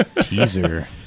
Teaser